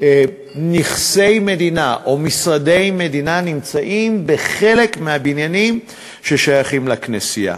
נכסי מדינה ומשרדי מדינה נמצאים בחלק מהבניינים ששייכים לכנסייה.